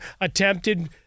attempted